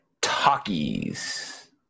talkies